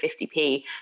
50p